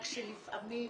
רק שלפעמים